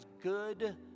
good